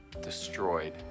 destroyed